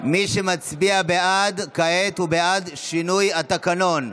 מי שמצביע בעד כעת, הוא בעד שינוי התקנון,